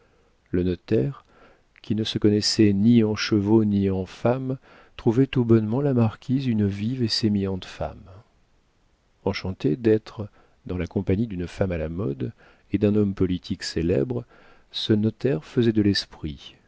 le notaire qui ne se connaissait ni en chevaux ni en femmes trouvait tout bonnement la marquise une vive et sémillante femme enchanté d'être dans la compagnie d'une femme à la mode et d'un homme politique célèbre ce notaire faisait de l'esprit